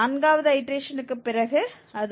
நான்காவது ஐடேரேஷன்க்குப் பிறகு அது உண்மையில் 5